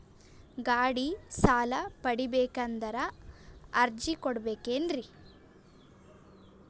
ಗಾಡಿ ಸಾಲ ಪಡಿಬೇಕಂದರ ಅರ್ಜಿ ಕೊಡಬೇಕೆನ್ರಿ?